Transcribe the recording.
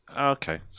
Okay